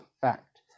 fact